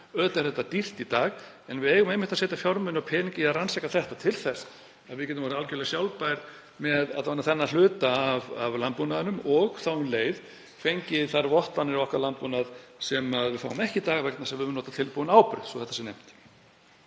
er þetta dýrt í dag en við eigum einmitt að setja fjármuni og peninga í að rannsaka þetta til þess að við getum orðið algjörlega sjálfbær, alla vega með þennan hluta af landbúnaðinum, og þá um leið fengið þær vottanir á okkar landbúnað sem við fáum ekki í dag vegna þess að við erum að nota tilbúinn áburð, svo að þetta sé nefnt.